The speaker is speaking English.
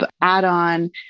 add-on